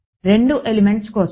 2 elements కోసం